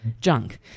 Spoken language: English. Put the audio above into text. junk